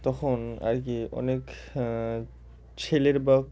তখন আর কি অনেক ছেলের বা